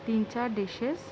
تین چار ڈشیز